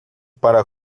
para